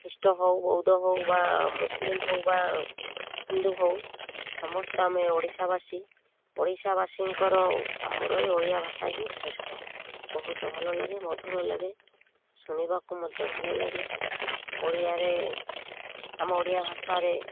ଖ୍ରୀଷ୍ଟ ହଉ ବୌଦ୍ଧ ହଉ ବା ମୁସଲିମ ହଉ ବା ହିନ୍ଦୁ ହଉ ସମସ୍ତେ ଆମେ ଓଡ଼ିଶାବାସୀ ଓଡ଼ିଶାବାସୀଙ୍କର ଆମର ଏଇ ଓଡ଼ିଆ ଭାଷା ହିଁ ଶ୍ରେଷ୍ଠ ବହୁତ ଭଲ ଲାଗେ ମଧୁର ଲାଗେ ଶୁଣିବାକୁ ମଧ୍ୟ ଭଲ ଲାଗେ ଓଡ଼ିଆରେ ଆମ ଓଡ଼ିଆ ଭାଷାରେ